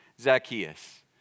Zacchaeus